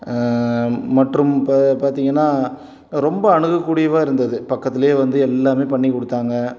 மற்றும் இப்போ பார்த்திங்கனா ரொம்ப அணுகக்கூடியவா இருந்தது பக்கத்திலே வந்து எல்லாமே பண்ணிக்கொடுத்தாங்க